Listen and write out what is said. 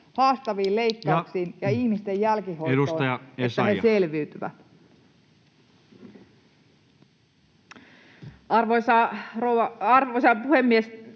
haastaviin leikkauksiin ja ihmisten jälkihoitoon, että he selviytyvät. [Speech